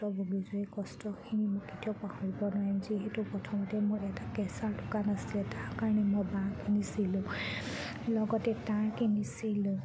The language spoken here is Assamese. কষ্ট বহুত হয় কষ্টখিনি মোক কেতিয়াও পাহৰিব নোৱাৰিম যিহেতু প্ৰথমতে মোৰ এটা কেঁচাৰ দোকান আছিলে তাৰ কাৰণে মই বাঁহ কিনিছিলোঁ লগতে তাঁৰ কিনিছিলোঁ